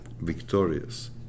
victorious